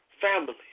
family